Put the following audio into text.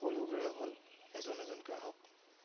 সকলোবোৰে হ'ল এজন এজন গ্ৰাহক